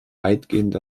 weitgehend